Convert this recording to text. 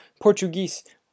Portuguese